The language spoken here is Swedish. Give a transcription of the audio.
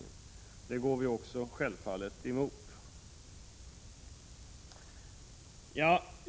Det går vi också självfallet emot.